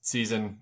Season